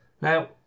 Now